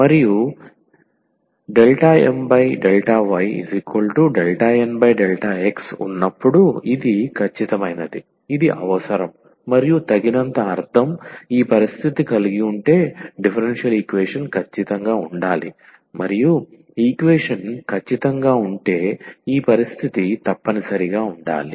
మరియు ∂M∂y∂N∂x ఉన్నప్పుడు ఇది ఖచ్చితమైనది ఇది అవసరం మరియు తగినంత అర్ధం ఈ పరిస్థితి కలిగి ఉంటే డిఫరెన్షియల్ ఈక్వేషన్ ఖచ్చితంగా ఉండాలి మరియు ఈక్వేషన్ ఖచ్చితంగా ఉంటే ఈ పరిస్థితి తప్పనిసరిగా ఉండాలి